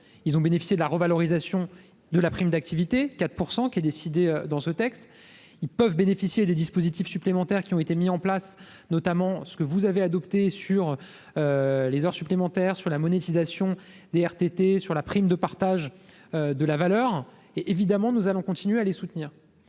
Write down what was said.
Ils ont bénéficié aussi de la revalorisation de la prime d'activité de 4 % décidée dans ce PLFR. Ils peuvent également bénéficier des dispositifs supplémentaires qui ont été mis en place, notamment ceux que vous avez adoptés à propos des heures supplémentaires, de la monétisation des RTT et de la prime de partage de la valeur. Évidemment, nous allons continuer à les soutenir.